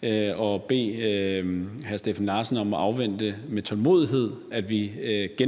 bede hr. Steffen Larsen afvente med tålmodighed, at vi